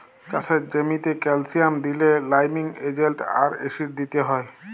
চাষের জ্যামিতে ক্যালসিয়াম দিইলে লাইমিং এজেন্ট আর অ্যাসিড দিতে হ্যয়